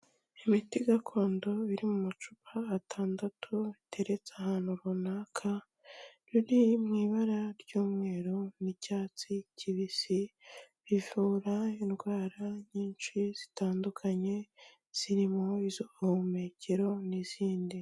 Imiti gakondo iri mu macupa atandatu iteretse ahantu runaka iri mu ibara ry'umweru n'icyatsi kibisi ivura indwara nyinshi zitandukanye zirimo iz'ubuhumekero n'izindi.